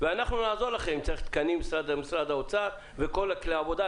אנחנו נעזור לכם אם צריך תקנים ממשרד האוצר וכל כלי עבודה.